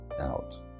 out